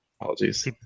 Apologies